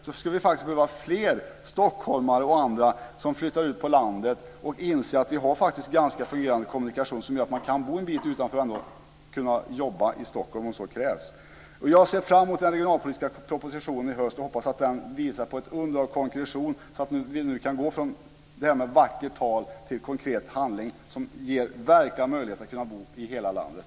Vi skulle faktiskt behöva fler stockholmare och andra som flyttar ut på landet och inser att vi faktiskt har ganska fungerande kommunikationer som gör att man kan bo en bit utanför på landet och ändå kunna jobba i Stockholm om så krävs. Jag ser fram emot den regionalpolitiska propositionen i höst och hoppas att den kommer att visa på ett under av konkretion, så att vi nu kan gå från vackert tal till konkret handling som ger verkliga möjligheter att bo i hela landet.